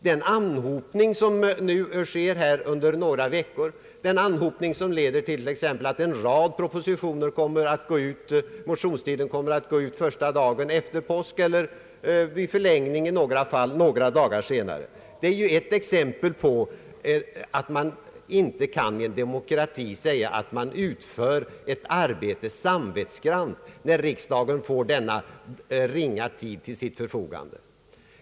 Den anhopning som nu äger rum under några veckor och som leder till att motionstiden för en rad propositioner kommer att gå ut första dagen efter påsk eller ytterligare några dagar senare — den är ett exempel på hur liten tid riksdagen får till sitt förfogande. Man kan inte kalla detta för samvetsgrant utfört arbete.